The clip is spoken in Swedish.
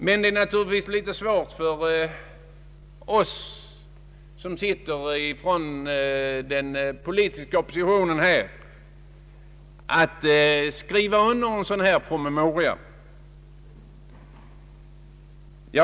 Men det är naturligtvis litet svårt för oss inom den politiska oppositionen att skriva under en sådan promemoria.